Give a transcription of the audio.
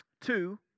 two